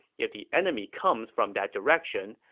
if the enemy comes from that direction,